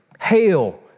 Hail